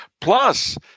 Plus